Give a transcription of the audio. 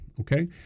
Okay